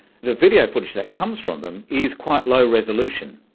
the video footage that comes from them is quite low resolution,